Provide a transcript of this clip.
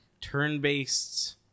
turn-based